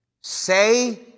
say